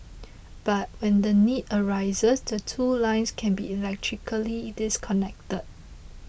but when the need arises the two lines can be electrically disconnected